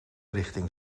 richting